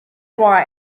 why